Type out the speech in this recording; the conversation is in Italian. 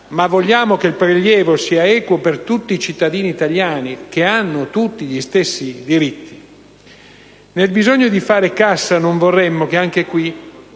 ma vogliamo che il prelievo sia equo per i tutti i cittadini italiani, che hanno tutti gli stessi diritti. Nel bisogno di fare cassa, non vorremmo che anche qui